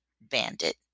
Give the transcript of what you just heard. bandit